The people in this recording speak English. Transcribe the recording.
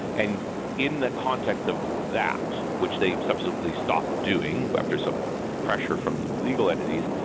and in the context of that which they subsequently stopped doing after some pressure from legal entities,